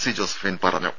C Josephine പറഞ്ഞു